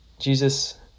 Jesus